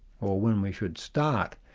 or when we should start.